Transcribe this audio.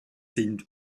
sind